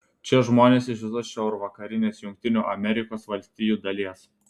čia žmonės iš visos šiaurvakarinės jungtinių amerikos valstijų dalies